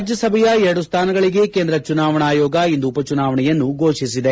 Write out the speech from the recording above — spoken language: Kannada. ರಾಜ್ಙಸಭೆಯ ಎರಡು ಸ್ಥಾನಗಳಿಗೆ ಕೇಂದ್ರ ಚುನಾವಣಾ ಆಯೋಗ ಇಂದು ಉಪಚುನಾವಣೆಯನ್ನು ಘೋಷಿಸಿದೆ